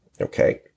Okay